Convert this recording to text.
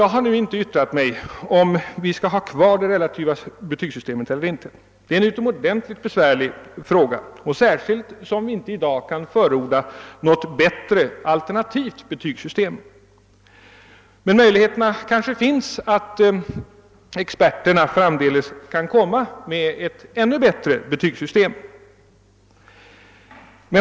Jag har här inte yttrat mig om huruvida vi skall ha kvar det relativa betygssystemet eller inte. Det är en utomordentligt besvärlig fråga, speciellt som lämpning vi i dag inte kan förorda något bättre alternativt betygssystem. Men möjligheterna kanske finns att experterna framdeles kan komma fram till ett ännu bättre betygssystem.